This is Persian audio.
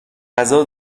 غذا